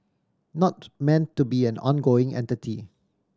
not meant to be an ongoing entity